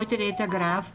תראי את הגרף,